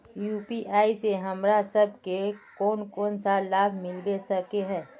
UPI से हमरा सब के कोन कोन सा लाभ मिलबे सके है?